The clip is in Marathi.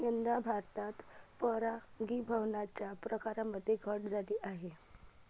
यंदा भारतात परागीभवनाच्या प्रकारांमध्ये घट झाली आहे